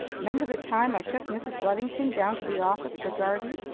member the time i took mrs. luddington down to the office for guardy,